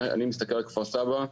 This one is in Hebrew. אני מסתכל על כפר סבא,